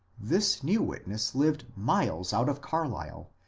this new witness lived miles out of carlisle,